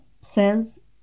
says